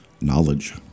knowledge